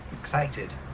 excited